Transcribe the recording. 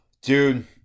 Dude